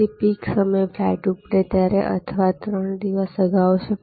તેથીપિક સમય ફ્લાઇટ ઉપડે ત્યારે અથવા 3 દિવસ અગાઉ હશે